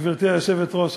גברתי היושבת-ראש,